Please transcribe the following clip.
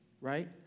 Right